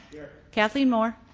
here. kathleen moore.